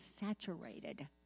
saturated